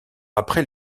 après